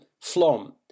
Flom